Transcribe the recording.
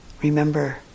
Remember